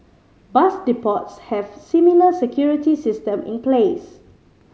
bus depots have similar security system in place